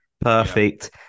perfect